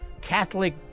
Catholic